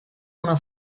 una